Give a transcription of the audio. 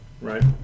Right